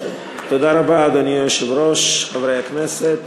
אדוני היושב-ראש, תודה רבה, חברי הכנסת,